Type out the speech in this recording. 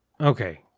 Okay